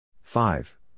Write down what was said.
Five